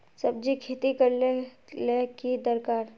सब्जी खेती करले ले की दरकार?